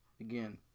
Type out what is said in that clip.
again